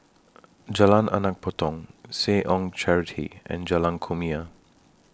Jalan Anak Patong Seh Ong Charity and Jalan Kumia